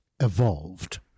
evolved